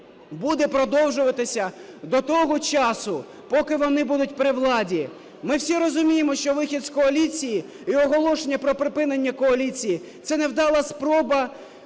буде продовжуватися до того часу, поки вони будуть при владі. Ми всі розуміємо, що вихід з коаліції і оголошення про припинення коаліції – це невдала спроба